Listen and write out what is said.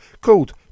called